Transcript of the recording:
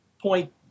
point